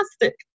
fantastic